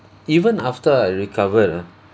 even after I recovered ah